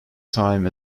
time